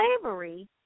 slavery